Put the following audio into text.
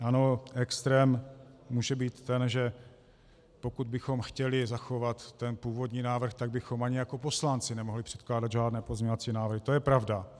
Ano, extrém může být ten, že pokud bychom chtěli zachovat původní návrh, tak bychom ani jako poslanci nemohli předkládat žádné pozměňovací návrhy, to je pravda.